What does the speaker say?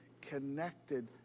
connected